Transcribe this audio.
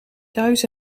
thuis